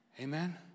Amen